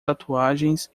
tatuagens